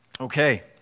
Okay